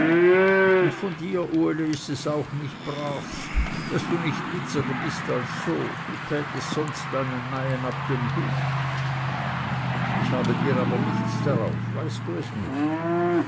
und von dir uli ist es auch nicht bravs daß du nicht witziger bist als so du tätest sonst deinen meien ab dem hut ich habe dir aber nichts darauf weißt du es nur